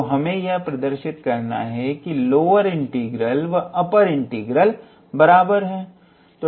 तो हमें यह प्रदर्शित करना है कि लोअर इंटीग्रल व अपर इंटीग्रल बराबर है